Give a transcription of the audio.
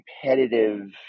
competitive